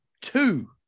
two